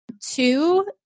Two